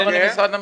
למה למשרד המשפטים?